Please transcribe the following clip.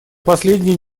последние